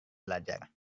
belajar